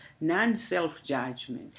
non-self-judgment